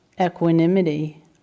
equanimity